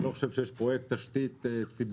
אני לא חושב שיש פרויקט תשתית ציבורית